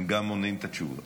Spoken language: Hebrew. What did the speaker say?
הם גם עונים את התשובות.